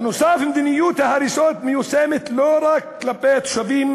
בנוסף, מדיניות ההריסות מיושמת לא רק כלפי תושבים